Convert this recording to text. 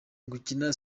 gukina